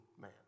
man